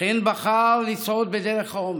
לכן בחר לצעוד בדרך האומץ,